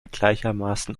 gleichermaßen